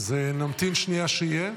נמתין שנייה שיהיה.